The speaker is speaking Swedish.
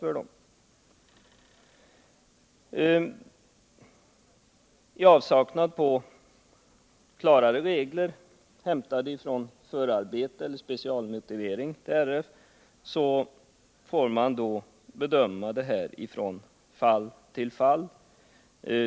I avsaknad av klarare regler, hämtade från förarbete eller specialmotivering till regeringsformen, får man bedöma detta från fall till fall.